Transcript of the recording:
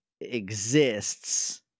exists